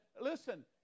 Listen